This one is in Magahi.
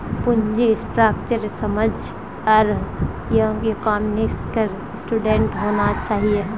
पूंजी स्ट्रक्चरेर समझ हर इकोनॉमिक्सेर स्टूडेंटक होना चाहिए